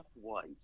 white